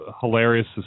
hilarious